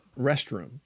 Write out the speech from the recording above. restroom